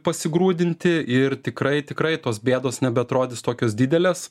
pasigrūdinti ir tikrai tikrai tos bėdos nebeatrodys tokios didelės